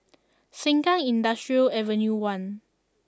Sengkang Industrial Avenue one